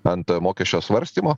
ant mokesčio svarstymo